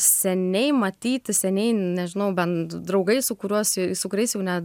seniai matyti seniai nežinau bent draugai su kuriuos su kuriais jau ne